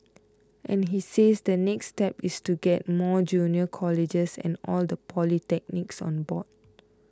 and he says the next step is to get more junior colleges and all the polytechnics on board